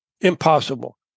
impossible